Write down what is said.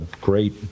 great